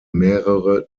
mehrere